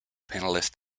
panellist